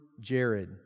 Jared